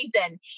reason